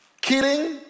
killing